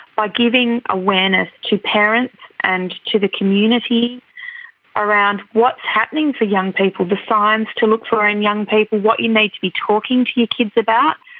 by giving awareness to parents and to the community around what's happening for young people, the signs to look for in young people, what you need to be talking to your kids about.